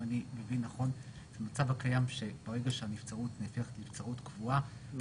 אם אני מבין נכון שברגע שהנבצרות נהפכת לנבצרות קבועה,